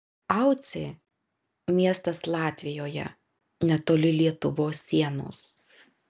aucė miestas latvijoje netoli lietuvos sienos